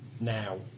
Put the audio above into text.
now